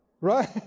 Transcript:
Right